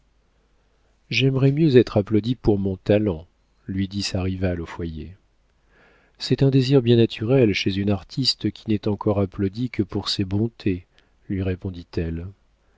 j'aimerais mieux être applaudie pour mon talent lui dit sa rivale au foyer c'est un désir bien naturel chez une artiste qui n'est encore applaudie que pour ses bontés lui répondit-elle